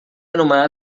anomenada